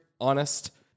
honest